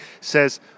says